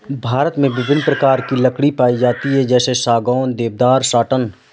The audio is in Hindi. भारत में विभिन्न प्रकार की लकड़ी पाई जाती है जैसे सागौन, देवदार, साटन